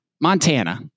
montana